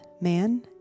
Man